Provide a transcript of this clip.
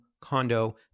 condo